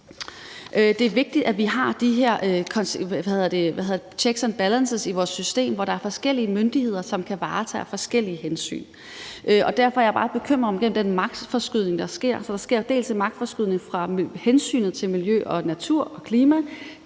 Det er vigtigt, at vi har de her checks and balances i vores system, så der er forskellige myndigheder, som varetager forskellige hensyn. Derfor er jeg bare bekymret over den der magtforskydning, der sker, for der sker dels en magtforskydning fra hensynet til miljø og natur og klima